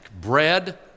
bread